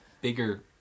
bigger